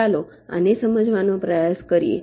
ચાલો આને સમજવાનો પ્રયાસ કરીએ